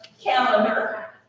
calendar